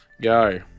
Go